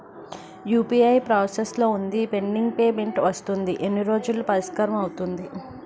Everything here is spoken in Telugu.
యు.పి.ఐ ప్రాసెస్ లో వుంది పెండింగ్ పే మెంట్ వస్తుంది ఎన్ని రోజుల్లో పరిష్కారం అవుతుంది